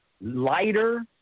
lighter